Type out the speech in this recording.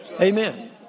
Amen